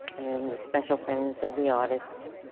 the special friends of the artists.